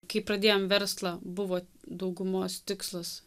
kai pradėjom verslą buvo daugumos tikslas